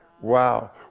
Wow